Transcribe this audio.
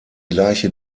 gleiche